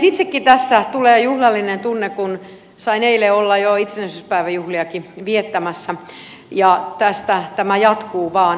itsekin tässä tulee juhlallinen tunne kun sain eilen olla jo itsenäisyyspäiväjuhliakin viettämässä ja tästä tämä jatkuu vaan